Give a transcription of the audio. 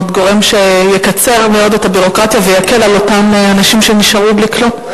גורם שיקצר מאוד את הביורוקרטיה ויקל על אותם אנשים שנשארו בלי כלום.